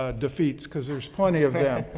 ah defeats cause there's plenty of yeah